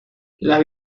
las